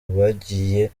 bagiye